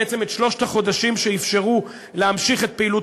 בעצם את שלושת החודשים שאפשרו להמשיך את פעילות